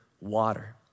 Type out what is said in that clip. water